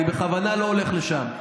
אני בכוונה לא הולך לשם.